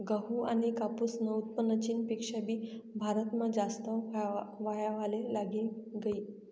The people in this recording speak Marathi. गहू आनी कापूसनं उत्पन्न चीनपेक्षा भी भारतमा जास्त व्हवाले लागी गयी